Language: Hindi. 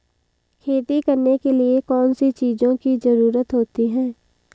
खेती करने के लिए कौनसी चीज़ों की ज़रूरत होती हैं?